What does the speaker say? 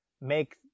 make